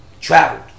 traveled